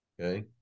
Okay